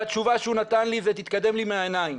התשובה שהוא נתן לי זה: תתקדם לי מהעיניים.